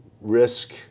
Risk